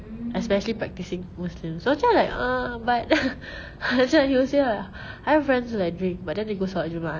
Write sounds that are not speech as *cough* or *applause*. especially practising muslim so macam like ah but *laughs* macam I have friends who like drink but then they go solat jumaat